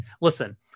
listen